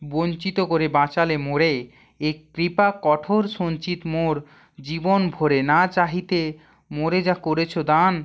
বঞ্চিত করে বাঁচালে মোরে এ কৃপা কঠোর সঞ্চিত মোর জীবন ভরে না চাহিতে মোরে যা করেছ দান